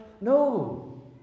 No